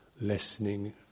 lessening